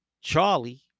Charlie